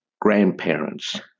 grandparents